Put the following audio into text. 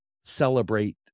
celebrate